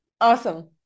Awesome